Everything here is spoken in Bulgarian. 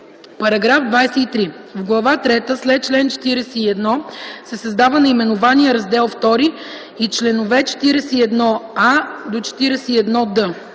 „Параграф 23. В глава трета след чл. 41 се създава наименование раздел II и чл. 41а – 41д: